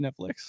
Netflix